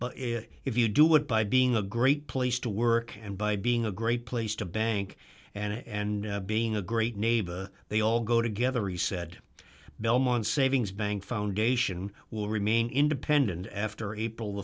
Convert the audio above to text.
but if you do it by being a great place to work and by being a great place to bank and and being a great neighbor they all go together he said belmont savings bank foundation will remain independent after april